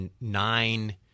nine